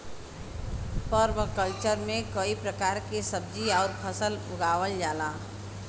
permaculture में कई प्रकार के सब्जी आउर फसल उगावल जाला